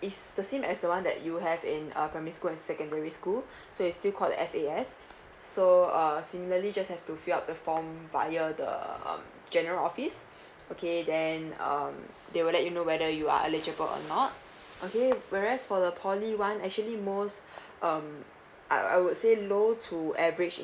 is the same as the one that you have in uh primary school and secondary school so is still called the F_A_S so uh similarly just have to fill out the form via the um general office okay then um they will let you know whether you are eligible or not okay whereas for the poly one actually most um I I would say low to average